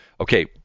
Okay